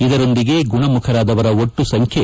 ಇದರೊಂದಿಗೆ ಗುಣಮುಖರಾದವರ ಒಟ್ಟು ಸಂಖ್ಯೆ